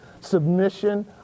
submission